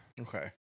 Okay